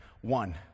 one